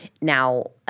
Now